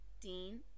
Dean